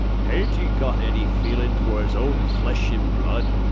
hain't he got any feelin' for his own flesh and blood?